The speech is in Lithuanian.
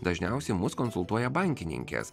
dažniausiai mus konsultuoja bankininkės